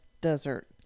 desert